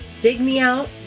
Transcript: digmeout